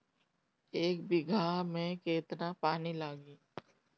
एक बिगहा में केतना पानी लागी?